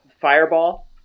fireball